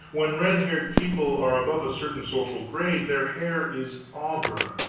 when red-headed people are above a certain social grade their hair is auburn.